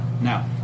now